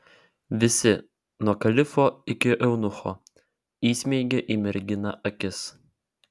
visi nuo kalifo iki eunucho įsmeigė į merginą akis